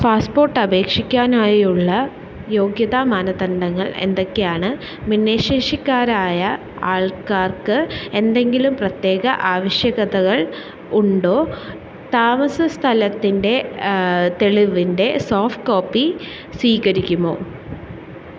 passport അപേക്ഷിക്കാനായുള്ള യോഗ്യതാ മാനദണ്ഡങ്ങൾ എന്തൊക്കെയാണ് ഭിന്നശേഷിക്കാരായ ആൾക്കാർക്ക് എന്തെങ്കിലും പ്രത്യേക ആവശ്യകതകൾ ഉണ്ടോ താമസസ്ഥലത്തിന്റെ തെളിവിന്റെ സോഫ്റ്റ് കോപ്പി സ്വീകരിക്കുമോ